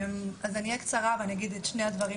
אני אהיה קצרה ואני אגיד את שני הדברים